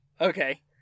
Okay